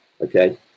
okay